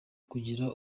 kugira